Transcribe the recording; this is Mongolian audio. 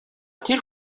тэр